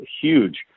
huge